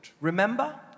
Remember